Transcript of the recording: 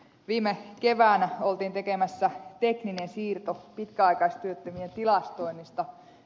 viime keväänä oltiin tekemässä tekninen siirto pitkäaikaistyöttömien tilastoinnista